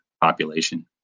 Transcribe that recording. population